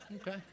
Okay